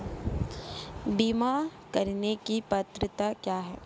बीमा करने की पात्रता क्या है?